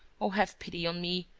oh, have pity on me.